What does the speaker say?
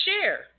share